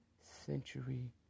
century